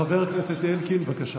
חבר הכנסת אלקין, בבקשה.